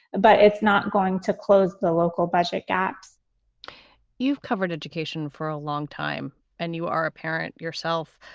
but it's not going to close the local budget gaps you've covered education for a long time and you are a parent yourself.